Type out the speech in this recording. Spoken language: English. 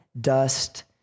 dust